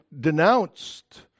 denounced